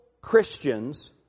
Christians